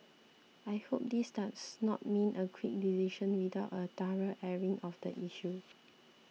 I hope this does not mean a quick decision without a thorough airing of the issue